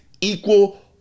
equal